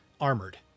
armored